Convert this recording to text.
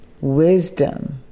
wisdom